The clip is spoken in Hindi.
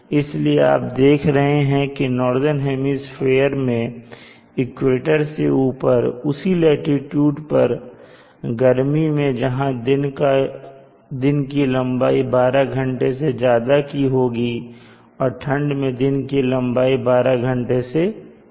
इसलिए आप देख रहे हैं कि नॉर्दन हेमिस्फीयर मैं इक्वेटर से ऊपर उसी लाटीट्यूड पर गर्मी मैं जहां दिन की लंबाई 12 घंटे से ज्यादा की होगी और ठंड में दिन की लंबाई 12 घंटे से कम की होगी